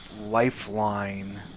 lifeline